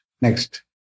Next